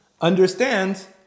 understands